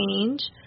change